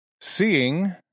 Seeing